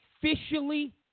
officially